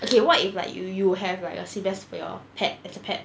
okay what if like you you have like a sea bass for your pet as a pet